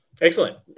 Excellent